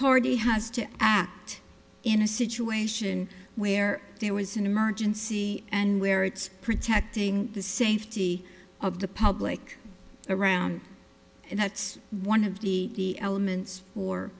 party has to act in a situation where there was an emergency and where it's protecting the safety of the public around and that's one of the elements